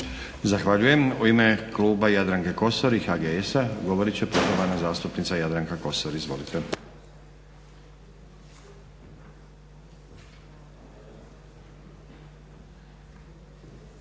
Zahvaljujem. U ime kluba Jadranke Kosor i HGS-a govorit će poštovana zastupnica Jadranka Kosor. Izvolite.